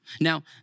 Now